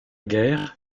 guerre